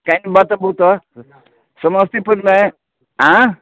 कने बतबु तऽ समस्तीपुरमे आँए